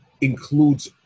includes